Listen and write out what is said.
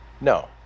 no